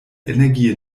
energie